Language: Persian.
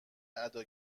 ادا